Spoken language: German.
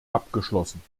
abgeschlossen